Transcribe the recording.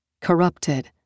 corrupted